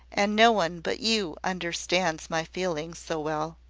and no one but you understands my feelings so well.